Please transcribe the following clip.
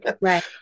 right